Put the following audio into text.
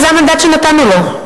וזה המנדט שנתנו לו,